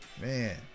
man